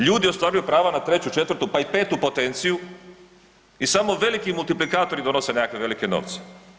Ljudi ostvaruju prava na 3, 4, pa i 5 potenciju i samo veliki multiplikatori donose nekakve velike novce.